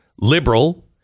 liberal